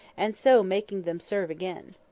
and so making them serve again.